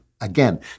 again